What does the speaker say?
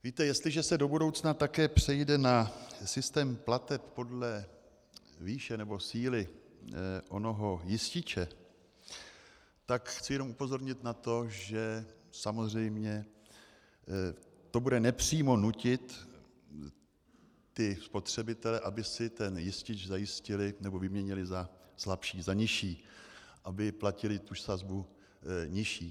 Víte, jestliže se do budoucna také přejde na systém plateb podle výše nebo síly onoho jističe, tak chci jenom upozornit na to, že samozřejmě to bude nepřímo nutit spotřebitele, aby si ten jistič zajistili nebo vyměnili za slabší, za nižší, aby platili tu sazbu nižší.